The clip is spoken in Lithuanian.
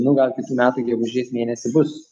nu gal kitų metų gegužės mėnesį bus